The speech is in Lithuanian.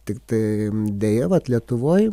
tiktai deja vat lietuvoj